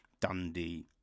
Dundee